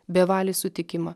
bevalį sutikimą